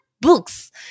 books